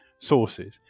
sources